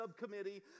subcommittee